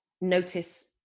Notice